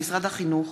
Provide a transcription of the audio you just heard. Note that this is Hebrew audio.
לחישוב,